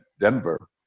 Denver